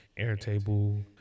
Airtable